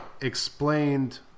explained